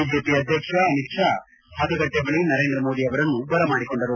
BJP ಅಧ್ಯಕ್ಷ ಅಮಿತ್ ಶಾ ಮತಗಟ್ಟೆ ಬಳಿ ನರೇಂದ್ರ ಮೋದಿ ಅವರನ್ನು ಬರಮಾಡಿಕೊಂಡರು